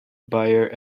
buyer